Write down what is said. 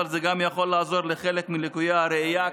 אבל זה יכול גם לעזור לחלק מלקויי הראייה,